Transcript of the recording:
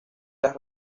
las